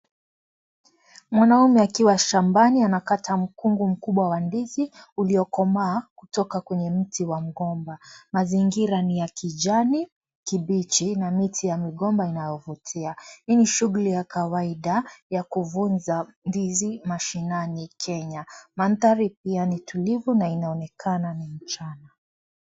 Mwanaume akiwa shambani anakata mkungu mkubwa wa ndizi uliokomaa kutoka kwenye mti wa mgomba . Mazingira ni ya kijani kibichi na miti ya migomba inayovutia . Ni shughuli ya kawaida ya kuvunja ndizi mashinani Kenya . Mandhari pia ni tulivu na inaonekana ni mchana.